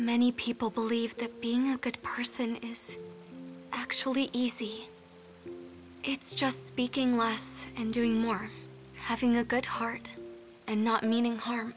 many people believe that being a good person is actually easy it's just speaking less and doing more having a good heart and not meaning h